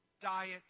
diet